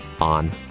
on